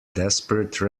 desperate